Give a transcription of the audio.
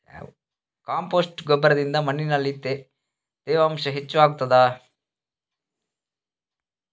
Compost ಗೊಬ್ಬರದಿಂದ ಮಣ್ಣಿನಲ್ಲಿ ತೇವಾಂಶ ಹೆಚ್ಚು ಆಗುತ್ತದಾ?